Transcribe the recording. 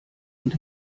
und